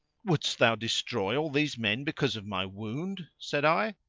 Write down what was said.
wouldst thou destroy all these men because of my wound, said i,